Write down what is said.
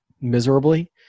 miserably